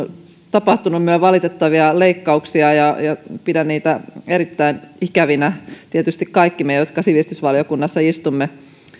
tapahtunut myös valitettavia leikkauksia ja pidän niitä erittäin ikävinä tietysti kaikki me jotka sivistysvaliokunnassa istumme